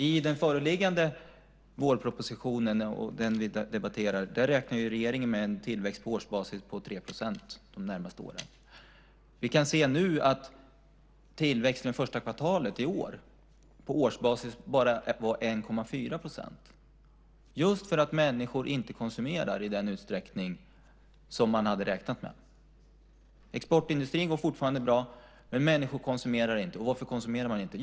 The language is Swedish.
I den föreliggande vårpropositionen, som vi nu debatterar, räknar regeringen med en tillväxt på årsbasis på 3 % de närmaste åren. Vi kan nu se att tillväxten det första kvartalet i år på årsbasis bara är 1,4 %, just för att människor inte konsumerar i den utsträckning som man hade räknat med. Exportindustrin går fortfarande bra, men människor konsumerar inte. Varför konsumerar man inte?